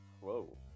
Whoa